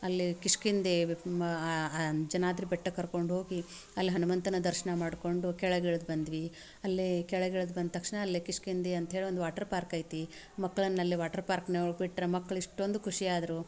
ಅಲ್ಲಿ ಕಿಷ್ಕಿಂಧೆ ಅಂಜನಾದ್ರಿ ಬೆಟ್ಟಕ್ಕೆ ಕರ್ಕೊಂಡು ಹೋಗಿ ಅಲ್ಲಿ ಹನುಮಂತನ ದರ್ಶನ ಮಾಡಿಕೊಂಡು ಕೆಳಗೆ ಇಳ್ದು ಬಂದ್ವಿ ಅಲ್ಲಿ ಕೆಳಗೆ ಇಳ್ದು ಬಂದ ತಕ್ಷಣ ಅಲ್ಲಿ ಕಿಷ್ಕಿಂಧೆ ಅಂತ್ಹೇಳಿ ಒಂದು ವಾಟ್ರ್ ಪಾರ್ಕ್ ಐತಿ ಮಕ್ಳನ್ನು ಅಲ್ಲಿ ವಾಟ್ರ್ ಪಾರ್ಕ್ನೊಳ್ಗೆ ಬಿಟ್ರೆ ಮಕ್ಳು ಎಷ್ಟೊಂದು ಖುಷಿ ಆದರು